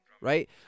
right